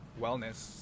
wellness